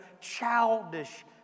childish